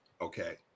okay